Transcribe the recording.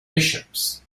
bishops